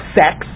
sex